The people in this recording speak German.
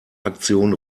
aktion